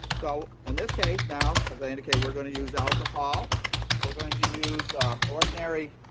so and this case now, as i indicated, we're going to use alcohol we're going to use ordinary